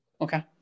Okay